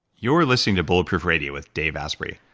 you're listening to bulletproof radio with dave asprey.